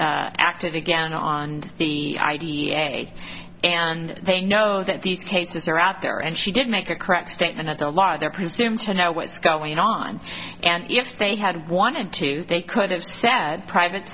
and active again on the way and they know that these cases are out there and she did make a correct statement at a lot of their presume to know what's going on and if they had wanted to they could have sat private